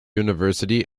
university